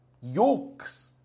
Yokes